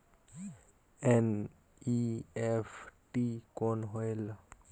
NEFT कौन होएल?